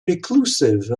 reclusive